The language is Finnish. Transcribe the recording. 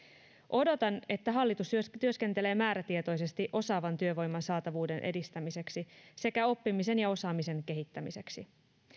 odotan että hallitus työskentelee määrätietoisesti osaavan työvoiman saatavuuden edistämiseksi sekä oppimisen ja osaamisen kehittämiseksi